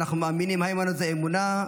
היימנוט זו אמונה.